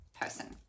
person